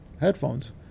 headphones